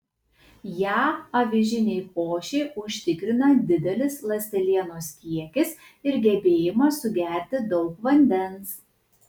ją avižinei košei užtikrina didelis ląstelienos kiekis ir gebėjimas sugerti daug vandens